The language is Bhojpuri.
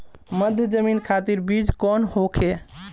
मध्य जमीन खातिर बीज कौन होखे?